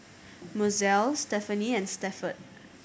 Mozelle Stephenie and Stafford